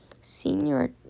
senior